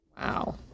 Wow